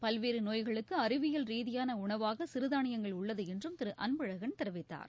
பல்வேறு நோய்களுக்கு அறிவியல் ரீதியான உணவாக சிறுதானியங்கள் உள்ளது என்றும் திரு அன்பழகன் தெரிவித்தார்